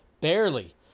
Barely